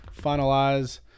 finalize